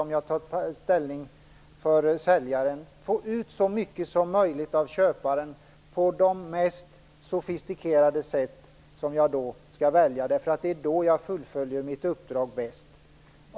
Om jag som mäklare tar ställning för säljaren skall jag få ut så mycket som möjligt av köparen på de mest sofistikerade sätt som jag kan välja. Det är då jag fullföljer mitt uppdrag bäst.